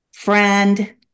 friend